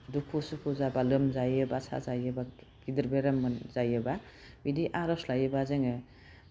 दुखु सुखु जाबा लोमजायोबा साजायोबा गिदिर बेराम जायोबा बिदि आर'ज लायोबा जोङो